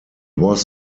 was